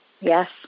Yes